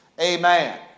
Amen